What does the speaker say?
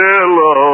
Hello